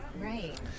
Right